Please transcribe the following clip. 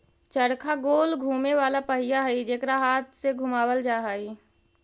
चरखा गोल घुमें वाला पहिया हई जेकरा हाथ से घुमावल जा हई